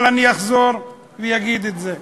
אבל אני אחזור ואגיד את זה,